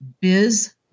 Biz